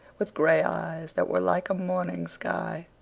with gray eyes that were like a morning sky.